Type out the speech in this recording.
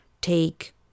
take